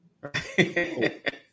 Right